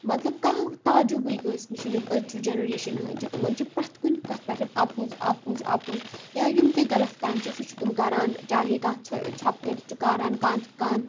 مطلب کانٛہہ تعجُبٕے کٲنٛسہِ نِش یِم أزۍچُہ جَنریشَن ہٕنٛدۍ چھِ تِمَن چھِ پرٛٮ۪تھ کُنہِ کَتھہِ پٮ۪ٹھ اَپُز اَپُز اَپُز یا یِم تہِ غلط کامہِ چھِ سُہ چھُ تِم کَران چاہے کانٛہہ ژھۄپہٕ کٔرِتھ چھِ کَران کانٛہہ کانٛہہ